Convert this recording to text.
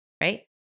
right